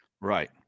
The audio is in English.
right